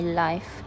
life